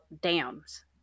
dams